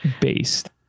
Based